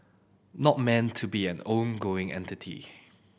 not meant to be an ongoing entity